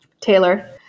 Taylor